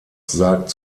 sagt